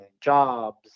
jobs